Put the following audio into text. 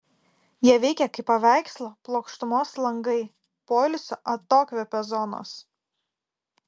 jie veikia kaip paveikslo plokštumos langai poilsio atokvėpio zonos